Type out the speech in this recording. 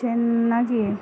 ಚೆನ್ನಾಗಿ